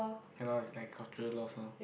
ya lor it's like cultural loss lor